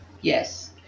Yes